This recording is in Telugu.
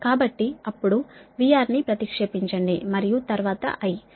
కాబట్టి అప్పుడు VR ని ప్రతిక్షేపించండి మరియు తరువాత I